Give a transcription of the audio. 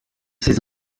ces